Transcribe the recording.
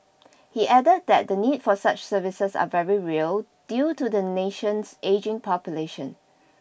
he added that the need for such services are very real due to the nation's ageing population